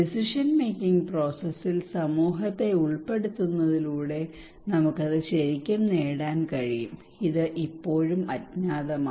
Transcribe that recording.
decision making പ്രോസസ്സിൽ സമൂഹത്തെ ഉൾപ്പെടുത്തുന്നതിലൂടെ നമുക്ക് അത് ശരിക്കും നേടാൻ കഴിയും ഇത് ഇപ്പോഴും അജ്ഞാതമാണ്